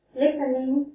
listening